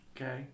Okay